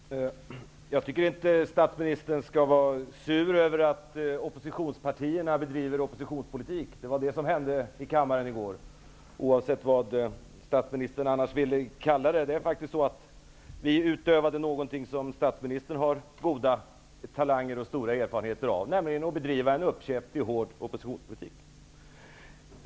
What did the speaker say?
Fru talman! Jag tycker inte att statsministern skall vara sur över att oppositionspartierna bedriver oppositionspolitik. Det var det som hände i kammaren i går, oavsett vad statsministern vill kalla det. Vi utövade någonting som statsministern har goda talanger för och stora erfarenheter av, nämligen en uppkäftig, hård oppositionspolitik.